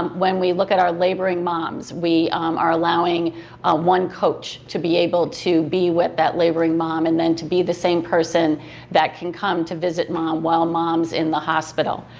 when we look at our laboring moms, we are allowing ah one coach to be able to be with that laboring mom and then to be the same person that can come to visit mom while mom's in the hospital.